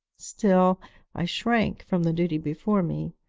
still i shrank from the duty before me,